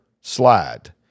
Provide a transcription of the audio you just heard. slide